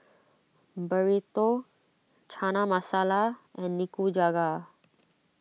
Burrito Chana Masala and Nikujaga